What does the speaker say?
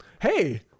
hey